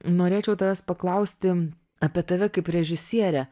norėčiau tavęs paklausti apie tave kaip režisierę